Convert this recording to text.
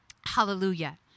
Hallelujah